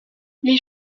les